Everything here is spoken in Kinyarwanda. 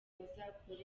bazakora